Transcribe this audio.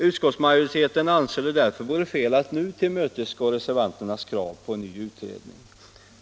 Utskottsmajoriteten anser därför att det vore fel att nu tillmötesgå reservanternas krav på en ny utredning.